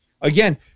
again